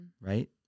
right